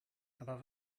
aber